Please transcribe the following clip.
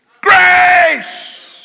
Grace